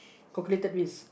calculated risk